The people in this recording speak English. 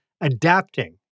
adapting